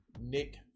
Nick